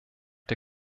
der